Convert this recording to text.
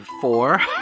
four